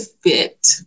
fit